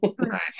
right